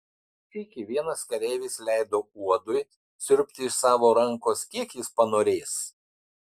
sykį vienas kareivis leido uodui siurbti iš savo rankos kiek jis panorės